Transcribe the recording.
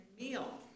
meal